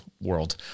world